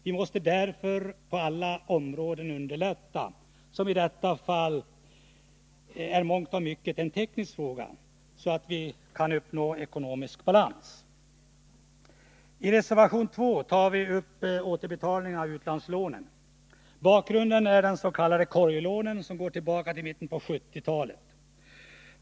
Vi måste därför på alla områden underlätta, så att vi kan få ekonomisk balans, vilket i mångt och mycket är en teknisk fråga. I reservation 2 tar vi upp återbetalning av utlandslånen. Bakgrunden är de s.k. korglånen, som går tillbaka till mitten av 1970-talet.